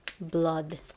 blood